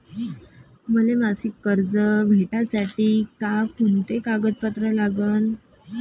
मले मासिक कर्ज भेटासाठी का कुंते कागदपत्र लागन?